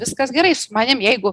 viskas gerai su manim jeigu